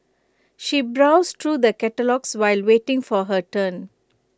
she browsed through the catalogues while waiting for her turn